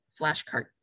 flashcard